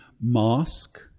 mosque